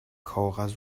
کاغذ